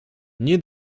nie